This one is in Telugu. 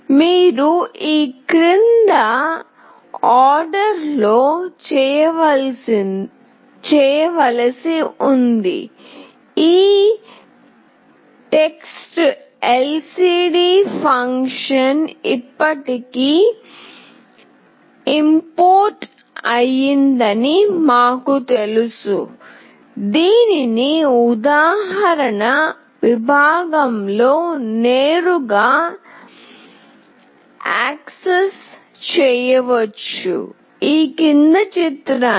మీరు ఈ క్రింది ఆర్డర్లో చేయవలసి ఉంది ఈ టెక్స్ట్ఎల్సిడి ఫంక్షన్ ఇప్పటికే ఇమ్ పోర్ట్ అయిందని మాకు తెలుసు దీనిని ఉదాహరణ విభాగంలో నేరుగా యాక్సెస్ చేయవచ్చు